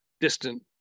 distant